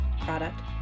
product